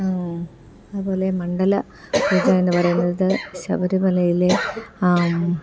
അതുപോലെ മണ്ഡല പൂജ എന്ന് പറയുന്നത് ശബരിമലയിലെ